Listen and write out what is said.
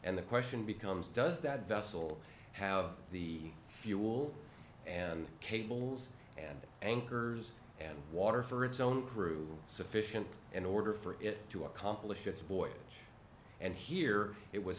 and the question becomes does that vessel have the fuel and cables and anchors and water for its own crew sufficient in order for it to accomplish its voyage and here it was